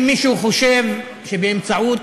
אם מישהו חושב שבאמצעות